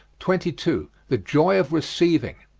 twenty two. the joy of receiving.